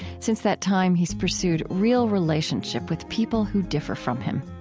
since that time, he has pursued real relationship with people who differ from him.